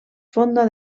fonda